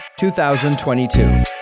2022